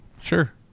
sure